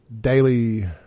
Daily